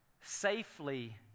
safely